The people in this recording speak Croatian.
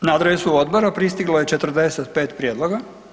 Na adresu odbora pristiglo je 45 prijedloga.